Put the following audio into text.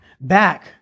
back